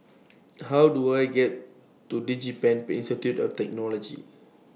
How Do I get to Digipen been Institute of Technology